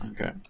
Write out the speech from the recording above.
Okay